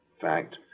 fact